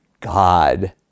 God